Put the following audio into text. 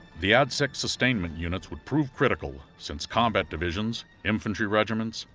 the adsec sustainment units would prove critical, since combat divisions, infantry regiments,